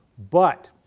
but